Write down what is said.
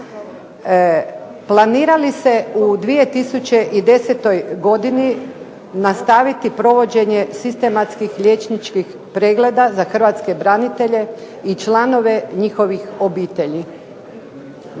planira li se u 2010. godini nastaviti provođenje sistematskih liječničkih pregleda za hrvatske branitelje i članove njihovih obitelji?